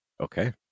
Okay